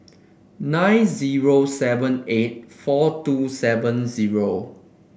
nine zero seven eight four two seven zero